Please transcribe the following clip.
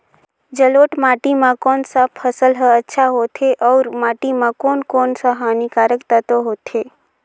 जलोढ़ माटी मां कोन सा फसल ह अच्छा होथे अउर माटी म कोन कोन स हानिकारक तत्व होथे?